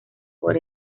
por